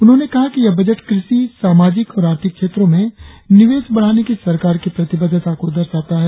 उन्होंने कहा कि यह बजट कृषि सामाजिक और आर्थिक क्षेत्रों में निवेश बढ़ाने की सरकार की प्रतिबद्धता को दर्शाता है